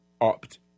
opt